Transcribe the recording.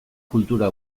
kultura